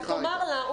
תאמר לה,